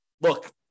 look